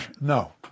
No